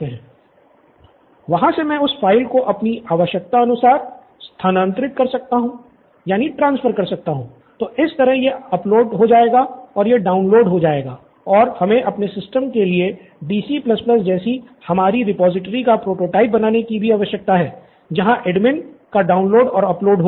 student Siddharth वहां से मैं उस फ़ाइल को अपनी आवश्यकता अनुसार स्थानांतरित कर सकता हूं तो इस तरह यह अपलोड हो जाएगा और यह डाउनलोड हो जाएगा और हमें अपने सिस्टम के लिए DC जैसी हमारी रिपॉजिटरी का प्रोटोटाइप बनाने की भी आवश्यकता है जहां एडमिन का डाउनलोड और अपलोड होगा